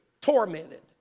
tormented